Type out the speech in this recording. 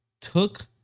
took